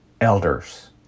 elders